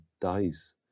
dies